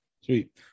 Sweet